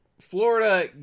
Florida